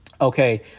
Okay